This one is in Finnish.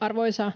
Arvoisa